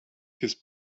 his